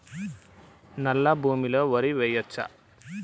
నల్లా భూమి లో వరి వేయచ్చా?